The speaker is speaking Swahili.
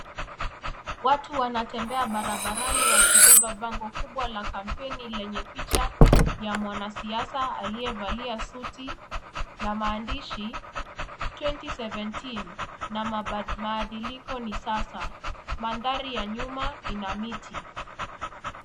Watu wanatembea barabarani wakibeba bango kubwa la kampeni lenye picha ya mwanasiasa aliyevalia suti na maandishi , "2017 na Mabadiliko ni Sasa". Mandhari ya nyuma ina miti.